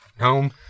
Home